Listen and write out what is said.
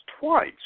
twice